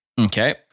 okay